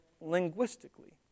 linguistically